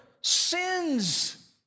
sins